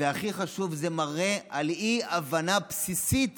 והכי חשוב, זה מראה על אי-הבנה בסיסית